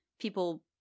people